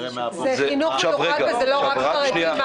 צריך להדגיש שזה חינוך מיוחד וזה לא רק החרדים.